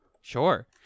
Sure